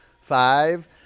Five